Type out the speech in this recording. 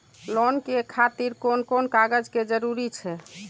Loan के खातिर कोन कोन कागज के जरूरी छै?